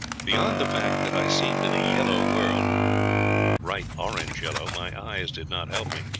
beyond the fact that i seemed in a yellow world a bright orange yellow my eyes did not help me,